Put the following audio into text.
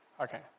Okay